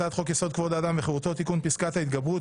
הצעת חוק-יסוד: כבוד האדם וחירותו (תיקון - פסקת ההתגברות),